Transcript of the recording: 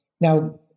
Now